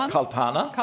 Kalpana